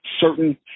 certain